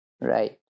right